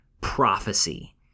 prophecy